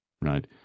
right